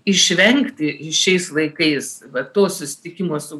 išvengti į šiais laikais va tos susitikimo su